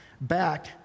back